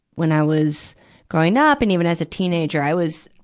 when i was growing up and even as a teenager, i was,